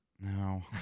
no